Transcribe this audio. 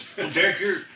Derek